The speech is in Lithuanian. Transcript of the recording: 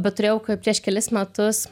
bet turėjau prieš kelis metus